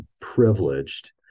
privileged